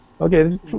okay